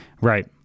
Right